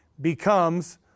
becomes